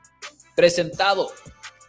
Presentado